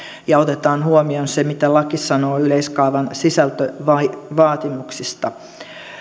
ja otetaan huomioon se mitä laki sanoo yleiskaavan sisältövaatimuksista